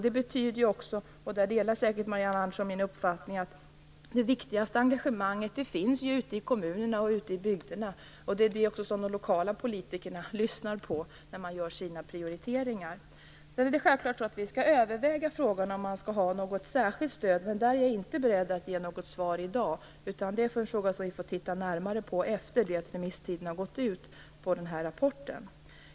Det betyder också, och där delar säkert Marianne Andersson min uppfattning, att det viktigaste engagemanget finns ute i kommunerna och ute i bygderna. Det är också det som de lokala politikerna lyssnar på när de gör sina prioriteringar. Självklart skall vi överväga frågan om särskilt stöd. Där är jag dock inte beredd att ge något svar i dag. Det är en fråga som vi får titta närmare på efter det att remisstiden för den här rapporten har gått ut.